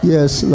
Yes